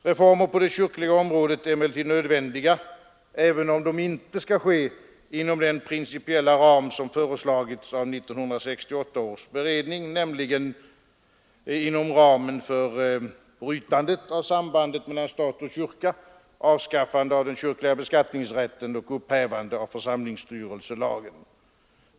Reformer på det kyrkliga området är emellertid nödvändiga, även om de icke skall ske inom den principiella ram som föreslagits av 1968 års beredning, nämligen inom ramen för brytandet av sambandet mellan stat och kyrka, avskaffande av den kyrkliga beskattningsrätten och upphävande av församlingsstyrelselagen.